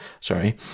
sorry